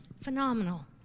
phenomenal